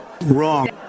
Wrong